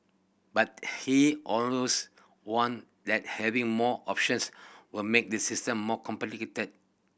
but he also warned that having more options would make the system more complicated